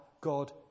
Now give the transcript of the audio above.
God